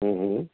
ह्म्म ह्म्म